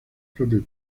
propio